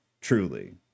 truly